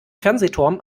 fernsehturm